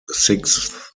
sixth